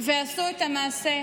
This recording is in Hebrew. ועשו את המעשה.